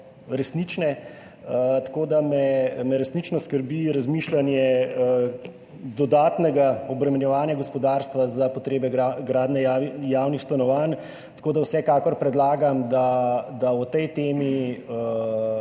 resnične, me resnično skrbi razmišljanje dodatnega obremenjevanja gospodarstva za potrebe gradnje javnih stanovanj. Tako da vsekakor predlagam, da o tej temi